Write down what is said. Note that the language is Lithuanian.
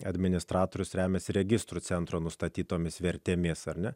administratorius remiasi registrų centro nustatytomis vertėmis ar ne